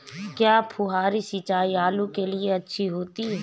क्या फुहारी सिंचाई आलू के लिए अच्छी होती है?